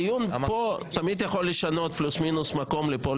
דיון פה תמיד יכול לשנות פלוס מינוס מקום לפה,